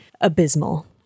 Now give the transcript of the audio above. abysmal